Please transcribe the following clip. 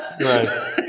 Right